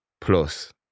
plus